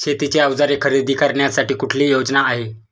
शेतीची अवजारे खरेदी करण्यासाठी कुठली योजना आहे?